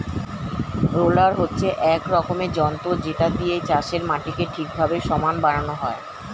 roller হচ্ছে এক রকমের যন্ত্র যেটা দিয়ে চাষের মাটিকে ঠিকভাবে সমান বানানো হয়